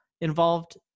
involved